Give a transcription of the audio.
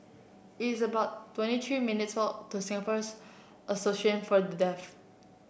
it's about twenty three minutes' walk to Singapore's Association For The Deaf